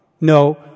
No